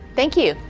thank you.